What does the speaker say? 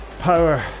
power